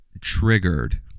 triggered